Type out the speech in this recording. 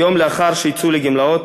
ויום לאחר שייצאו לגמלאות,